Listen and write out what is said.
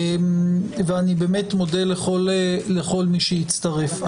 אני באמת מודה לכל מי שהצטרף.